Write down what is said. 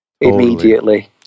immediately